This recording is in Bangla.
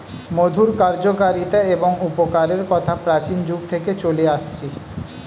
মধুর কার্যকারিতা এবং উপকারের কথা প্রাচীন যুগ থেকে চলে আসছে